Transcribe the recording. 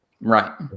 Right